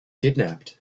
kidnapped